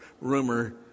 Rumor